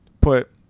put